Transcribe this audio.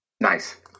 Nice